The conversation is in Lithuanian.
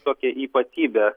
tokią ypatybę